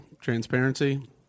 transparency